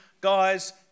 guys